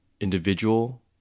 individual